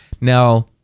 now